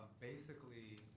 basically,